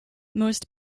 most